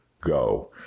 go